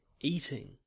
eating